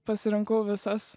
pasirinkau visas